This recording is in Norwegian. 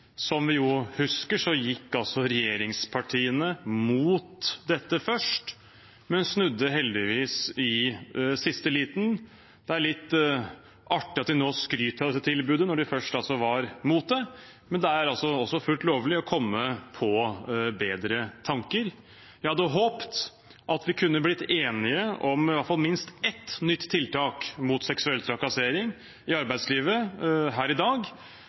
Som vi husker, gikk regjeringspartiene imot dette først, men snudde heldigvis i siste liten. Det er litt artig at de nå skryter av dette tilbudet, når de først var imot det, men det er fullt lovlig å komme på bedre tanker. Vi hadde håpt at vi kunne blitt enige om i hvert fall ett nytt tiltak mot seksuell trakassering i arbeidslivet her i dag,